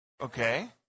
Okay